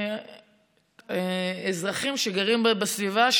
אזרחים שגרים בסביבה.